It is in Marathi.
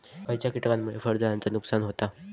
खयच्या किटकांमुळे फळझाडांचा नुकसान होता?